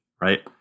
right